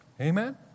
Amen